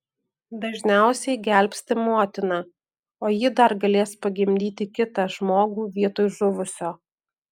dažniausiai gelbsti motiną o ji dar galės pagimdyti kitą žmogų vietoj žuvusio